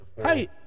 hey